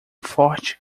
forte